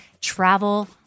travel